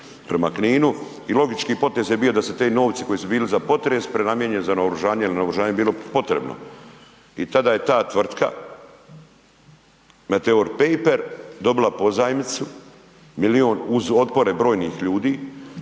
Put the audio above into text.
prema Kninu i logički potez je bio da se ti novci koji su bili za potres prenamijene za naoružanje jer je naoružanje bilo potrebno i tada je ta tvrtka Meteor Paper dobila pozajmicu milijun uz otpore brojnih ljudi,